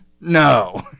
No